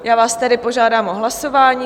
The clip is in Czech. Já vás tedy požádám o hlasování.